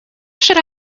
should